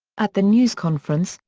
at the news conference,